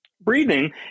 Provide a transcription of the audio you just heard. Breathing